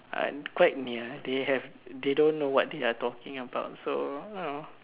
I'm quite near they have they don't know what they are talking about so you know